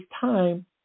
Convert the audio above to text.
time